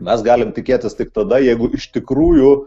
mes galim tikėtis tik tada jeigu iš tikrųjų